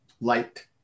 light